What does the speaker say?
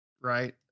Right